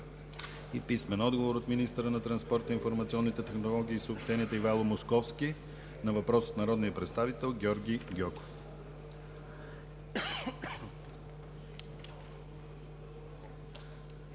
Димов Иванов; - министъра на транспорта и информационните технологии и съобщенията Ивайло Московски на въпрос от народния представител Георги Гьоков.